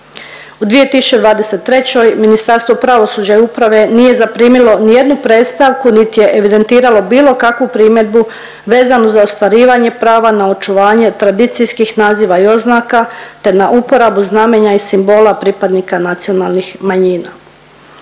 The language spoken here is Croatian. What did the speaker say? U 2023. Ministarstvo pravosuđa i uprave nije zaprimilo nijednu predstavku niti je evidentiralo bilo kakvu primjedbu vezanu za ostvarivanje prava na očuvanje tradicijskih naziva i oznaka te na uporabu znamenja i simbola pripadnika nacionalnih manjina.